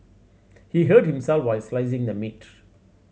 he hurt himself while slicing the meat